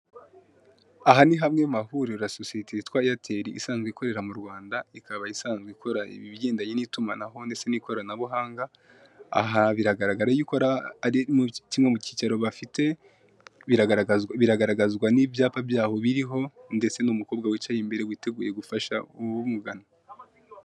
Aha ni hamwe mu hahurira sosiyete yitwa Eyateli, isanzwe ikorera mu Rwanda, ikaba isanzwe ikora ibigendanye n'itumanaho ndetse n'ikoranabuhanga, aha, biragaragara yuko ari kimwe mu kicaro bafite, biragaragazwa n'ibyapa byabo biriho, ndetse n'umukobwa wicaye imbere witeguye gufasha umugana.